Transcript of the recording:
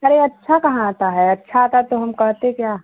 अरे अच्छा कहाँ आता है अच्छा आता तो हम कहते क्या